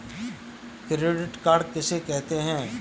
Credit card किसे कहते हैं?